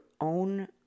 own